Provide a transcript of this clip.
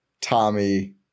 Tommy